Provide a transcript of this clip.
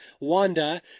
Wanda